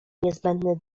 niezbędny